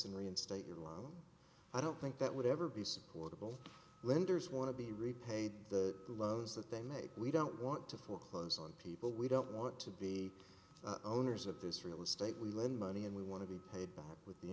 and reinstate your life i don't think that would ever be supportable lenders want to be repaid the lovers that they made we don't want to foreclose on people we don't want to be owners of this real estate we lend money and we want to be paid back with the